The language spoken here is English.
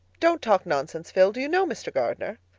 don't talk nonsense phil. do you know mr. gardner?